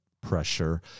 pressure